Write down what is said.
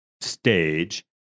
stage